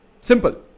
Simple